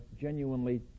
genuinely